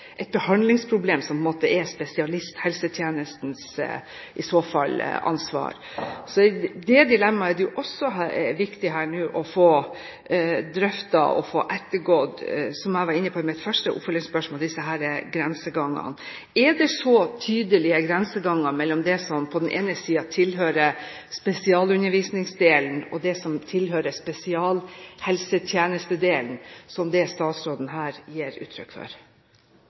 behandlingsproblem, som i så fall er spesialisthelsetjenestens ansvar. Det dilemmaet – disse grensegangene – er det også viktig å få drøftet og ettergått, som jeg var inne på i mitt første oppfølgingsspørsmål. Er det så tydelige grenseganger mellom det som tilhører spesialundervisningsdelen, og det som tilhører spesialhelsetjenestedelen, som det statsråden gir uttrykk for